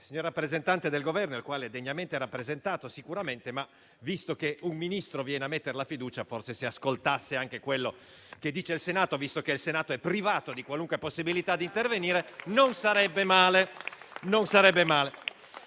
signor rappresentante del Governo, il quale sicuramente è degnamente rappresentato, ma visto che un Ministro viene a mettere la fiducia, forse se ascoltasse anche quello che dice il Senato, visto che il Senato è privato di qualunque possibilità di intervenire, non sarebbe male.